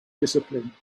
discipline